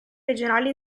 regionali